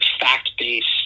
fact-based